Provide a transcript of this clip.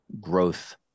growth